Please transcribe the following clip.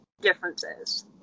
differences